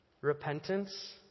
Repentance